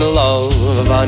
love